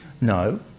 No